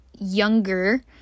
younger